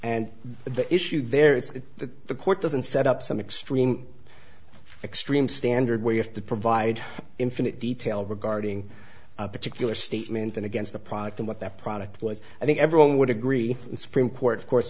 and the issue there it's that the court doesn't set up some extreme extreme standard where you have to provide infinite detail regarding a particular statement and against the product of what that product was i think everyone would agree and supreme court of course